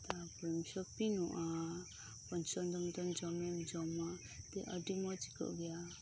ᱛᱟᱯᱚᱨᱮᱢ ᱥᱚᱯᱤᱝᱚᱜᱼᱟ ᱯᱚᱪᱷᱚᱱᱫᱚ ᱢᱚᱛᱚᱱ ᱡᱚᱢᱟᱜ ᱮᱢ ᱡᱚᱢᱟ ᱛᱚ ᱟᱹᱰᱤ ᱢᱚᱸᱡᱽ ᱟᱹᱭᱠᱟᱹᱜ ᱜᱮᱭᱟ